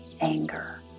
anger